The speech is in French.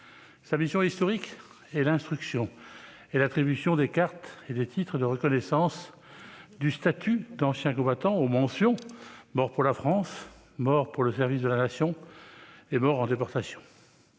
Sa mission historique est l'instruction et l'attribution des cartes et des titres de reconnaissance, du statut d'ancien combattant aux mentions « Mort pour la France »,« Mort pour le service de la Nation » et « Mort en déportation ».